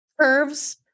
curves